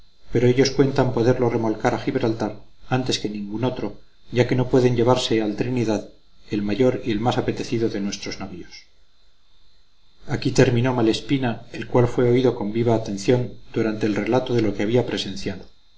pero ellos cuentan poderlo remolcar a gibraltar antes que ningún otro ya que no pueden llevarse al trinidad el mayor y el más apetecido de nuestros navíos aquí terminó malespina el cual fue oído con viva atención durante el relato de lo que había presenciado